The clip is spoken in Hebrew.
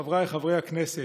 חבריי חברי הכנסת,